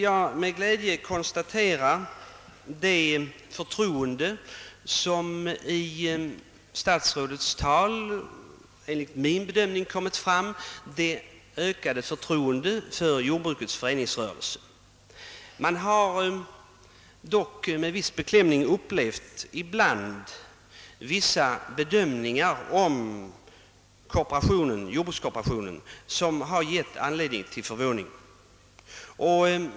Jag konstaterar med glädje att statsrådet enligt min bedömning i sitt tal visar ett ökat förtroende för jordbrukets föreningsrörelse. Man har dock ibland med viss beklämning upplevt att jordbrukskooperationen bedömts på ett sätt som gett anledning till förvåning.